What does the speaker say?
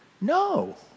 No